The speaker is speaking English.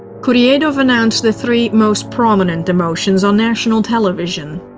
kuroyedov announced the three most prominent demotions on national television.